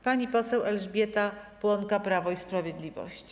Pani poseł Elżbieta Płonka, Prawo i Sprawiedliwość.